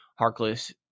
Harkless